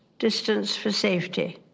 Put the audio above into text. distanced for safety,